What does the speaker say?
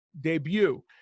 debut